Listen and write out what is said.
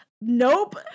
Nope